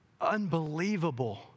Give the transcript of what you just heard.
Unbelievable